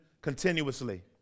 continuously